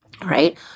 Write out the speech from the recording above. right